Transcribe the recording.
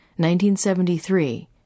1973